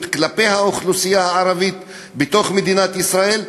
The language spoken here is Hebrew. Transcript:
כלפי האוכלוסייה הערבית בתוך מדינת ישראל,